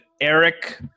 Eric